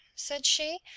said she,